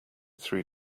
three